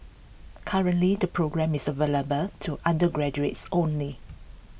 currently the programme is available to undergraduates only